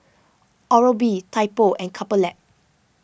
Oral B Typo and Couple Lab